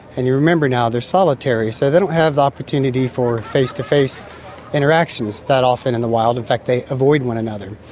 and you remember now they are solitary, so they don't have opportunity for face-to-face interactions that often in the wild, in fact they avoid one another.